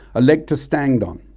a leg to stand on,